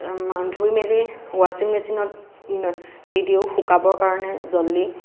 ধুই মেলি ৱাশ্বিং মেচিনত দি দিওঁ শুকাবৰ কাৰণে জল্ডি